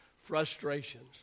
frustrations